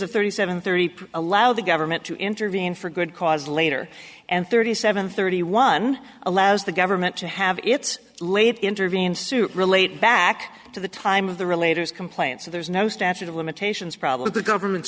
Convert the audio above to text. of thirty seven thirty pm allow the government to intervene for good cause later and thirty seven thirty one allows the government to have its late intervene suit relate back to the time of the relator complaint so there's no statute of limitations problem the government